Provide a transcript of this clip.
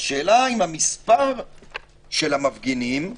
השאלה אם המספר של המפגינים או,